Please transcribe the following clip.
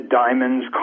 diamonds